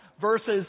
versus